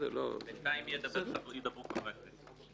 בינתיים ידברו חברי הכנסת.